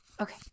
Okay